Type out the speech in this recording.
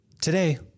Today